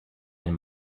and